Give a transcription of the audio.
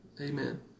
Amen